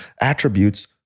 attributes